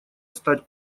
стать